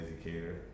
educator